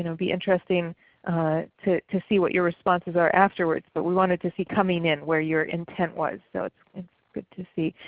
you know be interesting to to see what your responses are afterwards. but we wanted to see coming in where your intent was. so it's it's good to see.